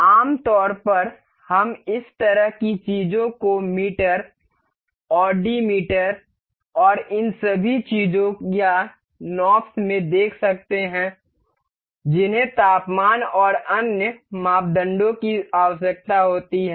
आम तौर पर हम इस तरह की चीजों को मीटर ओडोमीटर और इन सभी चीजों या नॉब्स में देख सकते हैं जिन्हें तापमान और अन्य मापदंडों की आवश्यकता होती है